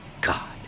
God